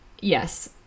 Yes